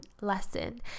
lesson